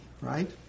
right